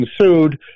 sued